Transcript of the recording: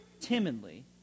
timidly